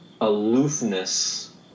aloofness